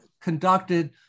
conducted